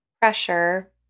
pressure